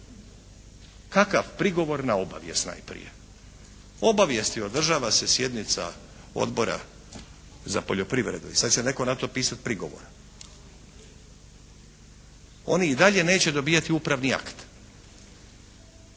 Kakav prigovor na obavijest najprije? Obavijest održava se sjednica Odbora za poljoprivredu i sad će netko na to pisat prigovor. Oni i dalje neće dobivati upravni akt.